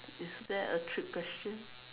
is that a trick question